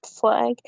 flag